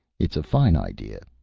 it's a fine idea,